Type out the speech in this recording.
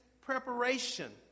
preparation